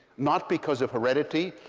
not because of heredity,